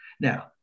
Now